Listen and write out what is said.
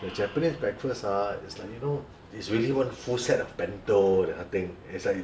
the japanese breakfast ah is like you know it's really one full set of bento that kind of thing it's like in a